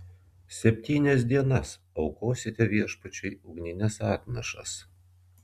septynias dienas aukosite viešpačiui ugnines atnašas